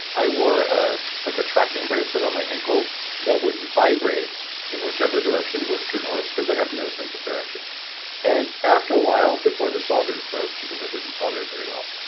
i wore ah like a tracking bracelet on my ankle that would vibrate in whichever direction was true north because i have no sense of direction and after a while, before the solder broke, because i didn't solder it very well,